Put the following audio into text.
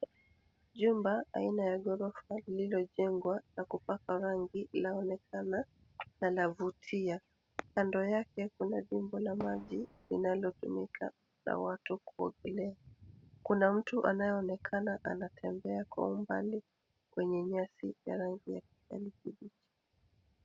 Jumba aina ya ghorofa lililojengwa na kupakwa rangi laonekana na lavutia kando yake kuna vimbo la maji linalotumika na watu kuogelea kuna mtu anayeonekena anatembea kwa umbali kwenye nyasi ya rangi ya kijani kibichi.